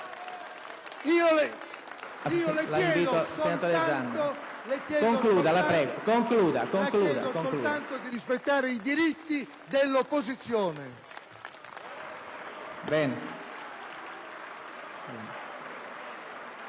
Io le chiedo soltanto di rispettare i diritti dell'opposizione!